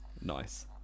Nice